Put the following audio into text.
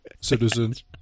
citizens